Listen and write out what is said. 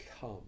come